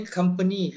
company